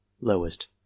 Lowest